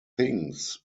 things